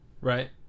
Right